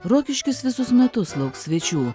rokiškis visus metus lauks svečių